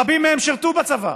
רבים מהם שירתו בצבא.